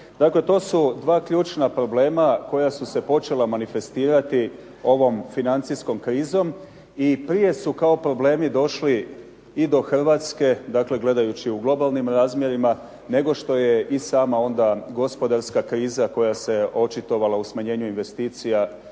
Dakle, to su dva ključna problema koja su se počela manifestirati ovom financijskom krizom. I prije su kao problemi došli i do Hrvatske gledajući u globalnim razmjerima nego što je i sama onda gospodarska kriza koja se očitovala u smanjenju investicija